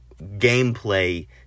gameplay